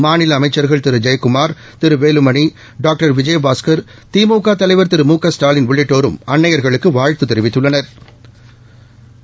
மாநில அமைச்ச்கள் திரு ஜெயக்குமார் திரு வேலுமணி டாக்டர் விஜயபாஸ்கள் திமுக தலைவர் திரு மு க ஸ்டாலினும் உள்ளிட்டோரும் அன்னையா்களுக்கு வாழ்த்து தெரிவித்துள்ளனா்